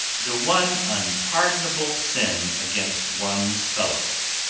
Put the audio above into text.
the one unpardonable sin against one's fellows.